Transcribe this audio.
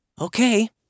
Okay